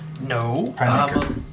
No